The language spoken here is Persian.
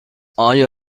آیا